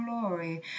glory